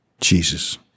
Jesus